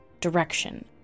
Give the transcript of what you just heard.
direction